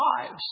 lives